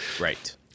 Right